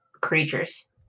Creatures